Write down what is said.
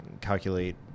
calculate